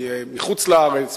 מחוץ-לארץ,